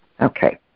Okay